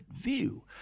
view